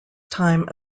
time